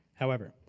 however,